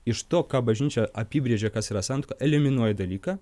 iš to ką bažnyčia apibrėžė kas yra santuoka eliminuoja dalyką